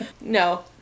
No